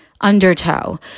Undertow